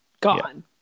gone